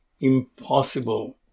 impossible